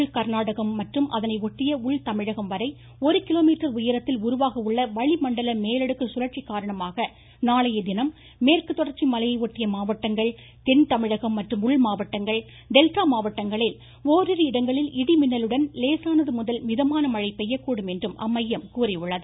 உள்கர்நாடகம் மற்றும் அதனை அட்டிய உள்தமிழகம்வரை ஒரு கிலோமீட்டர் உயரத்தில் உருவாகவுள்ள வளிமண்டல மேலடுக்கு சுழற்சி காரணமாக நாளையதினம் மேற்கு தொடர்ச்சி மலையை உள்மாவட்டங்கள் டெல்டா மாவட்டங்களில் ஓரிரு இடங்களில் இடி மின்னலுடன் லேசானதுமுதல் மிதமான மழை பெய்யக்கூடும் என்றும் அம்மையம் கூறியுள்ளது